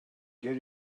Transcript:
get